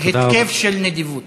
התקף של נדיבות.